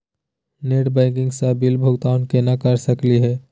Net banking स bill भुगतान केना कर सकली हे?